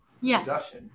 Yes